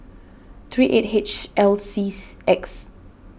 three eight H L C X